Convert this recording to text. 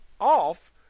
off